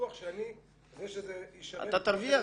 בטוח שזה ישרת --- אתה תרוויח.